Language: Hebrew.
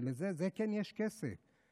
לזה כן יש כסף.